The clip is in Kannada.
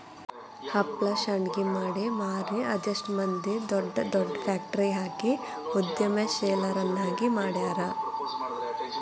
ಹಪ್ಳಾ ಶಾಂಡ್ಗಿ ಮಾಡಿ ಮಾರಿ ಅದೆಷ್ಟ್ ಮಂದಿ ದೊಡ್ ದೊಡ್ ಫ್ಯಾಕ್ಟ್ರಿ ಹಾಕಿ ಉದ್ಯಮಶೇಲರನ್ನಾಗಿ ಮಾಡ್ಯಾರ